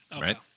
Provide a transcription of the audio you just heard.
right